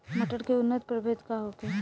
मटर के उन्नत प्रभेद का होखे?